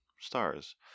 stars